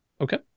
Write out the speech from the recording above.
Okay